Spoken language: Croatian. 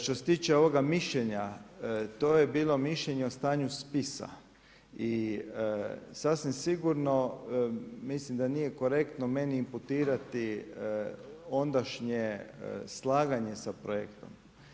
Što se tiče ovoga mišljenja to je bilo mišljenje o stanju spisa i sasvim sigurno mislim da nije korektno meni imputirati ondašnje slaganje sa projektom.